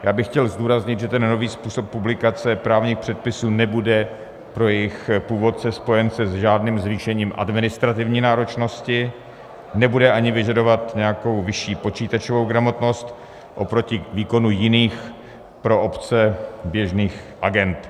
Já bych chtěl zdůraznit, že nový způsob publikace právních předpisů nebude pro jejich původce spojen s žádným zvýšením administrativní náročnosti, nebude ani vyžadovat nějakou vyšší počítačovou gramotnost oproti výkonu jiných, pro obce běžných agend.